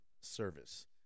Service